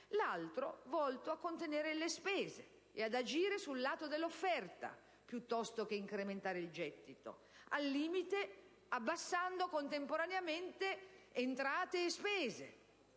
l'altra volta a contenere le spese e ad agire sul lato dell'offerta piuttosto che incrementare il gettito, al limite abbassando contemporaneamente entrate e spese,